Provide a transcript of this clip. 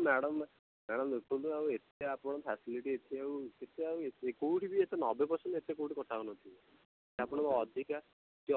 madam madam ଦେଖନ୍ତୁ ଏତେ ଆଉ ଆପଣ ଫାସିଲିଟି ଅଛି ଆଉ ଏତେ ଆଉ କେଉଁଠି ବି ଆଉ ଏତେ ନବେ ପର୍ସେଣ୍ଟ୍ ଏତେ ଆଉ କଟା ହେଉନଥିବ ଆପଣଙ୍କୁ ଅଧିକା